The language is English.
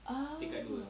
oh